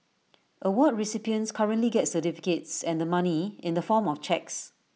award recipients currently get certificates and the money in the form of cheques